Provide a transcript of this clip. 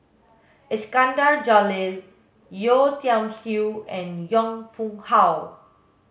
Iskandar Jalil Yeo Tiam Siew and Yong Pung How